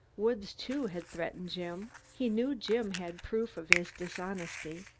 woods, too, had threatened jim. he knew jim had proof of his dishonesty.